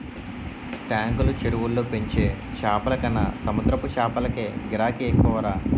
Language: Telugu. టాంకులు, చెరువుల్లో పెంచే చేపలకన్న సముద్రపు చేపలకే గిరాకీ ఎక్కువరా